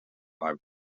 five